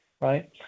Right